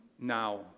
now